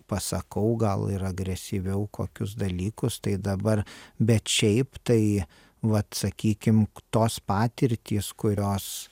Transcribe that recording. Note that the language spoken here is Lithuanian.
pasakau gal ir agresyviau kokius dalykus tai dabar bet šiaip tai vat sakykim tos patirtys kurios